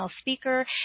speaker